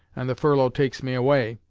and the furlough takes me away,